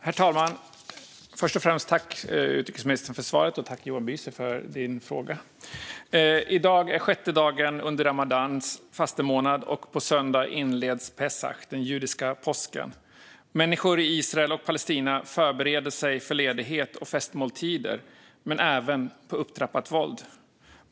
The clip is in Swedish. Herr talman! Först och främst tack, utrikesministern, för svaret, och tack, Johan Büser, för din interpellation! I dag är sjätte dagen under ramadans fastemånad, och på söndag inleds pesach, den judiska påsken. Människor i Israel och Palestina förbereder sig för ledighet och festmåltider men även på upptrappat våld.